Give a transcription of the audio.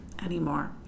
Anymore